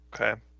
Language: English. Okay